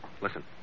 listen